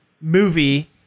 movie